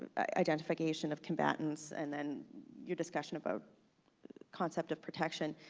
identification of combatants, and then your discussion about concept of protection.